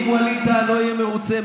אם ווליד טאהא לא יהיה מרוצה,